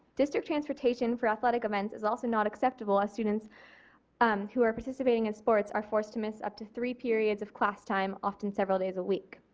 district transportation for athletic events is also not acceptable as students who are participating in sports are forced to miss up to three periods of class time often several days a week.